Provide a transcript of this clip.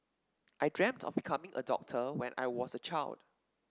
I dreamt of becoming a doctor when I was a child